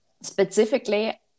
specifically